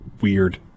weird